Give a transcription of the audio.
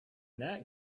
that